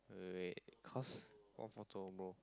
wait wait wait cause more photo bro